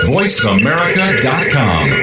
VoiceAmerica.com